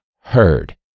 heard